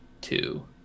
two